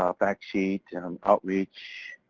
ah fact sheet and outreach,